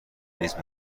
نیست